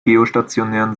geostationären